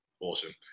Awesome